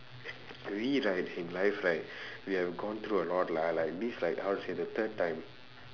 we right in life right we have gone through a lot lah like this is like like how to say the third time